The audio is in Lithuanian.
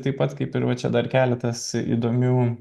taip pat kaip ir va čia dar keletas įdomių